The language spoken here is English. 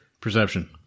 Perception